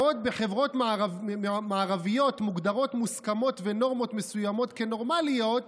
בעוד בחברות מערביות מוגדרות מוסכמות ונורמות מסוימות כנורמליות,